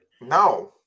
No